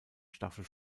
staffel